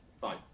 Fine